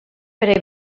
per